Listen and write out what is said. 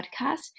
podcast